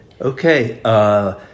Okay